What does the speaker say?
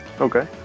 okay